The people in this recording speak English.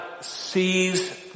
sees